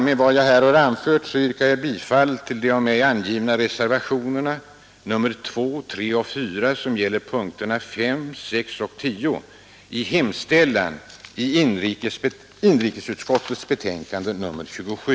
Med vad jag här har anfört yrkar jag bifall till de av mig avgivna reservationerna 2, 3 och 4, som gäller punkterna 5, 6 och 10 i hemställan i inrikesutskottets betänkande nr 27.